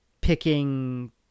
picking